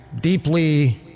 deeply